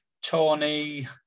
Tony